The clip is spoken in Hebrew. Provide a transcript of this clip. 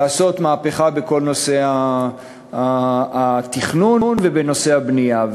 לעשות מהפכה בכל נושא התכנון ובנושא הבנייה.